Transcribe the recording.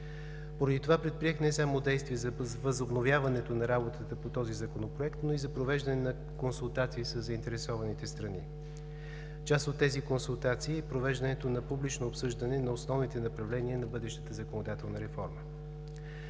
Поради това предприех не само действия за възобновяването на работата по този Законопроект, но и за провеждането на консултации със заинтересованите страни. Част от тези консултации е провеждането на публично обсъждане на основните направления на бъдещата законодателна реформа.